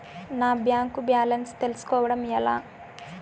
నా bank balance తెలుస్కోవడం ఎలా?